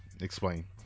explain